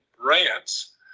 rants